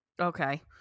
Okay